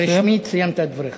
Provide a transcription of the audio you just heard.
רשמית סיימת את דבריך.